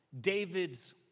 David's